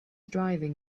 driving